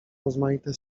rozmaite